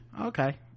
Okay